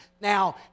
Now